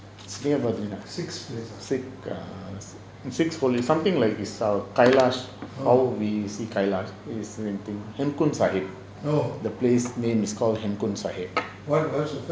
it's near badrinath something like kailash how we see kailash Sahib the place name is called sahib